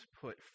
put